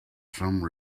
some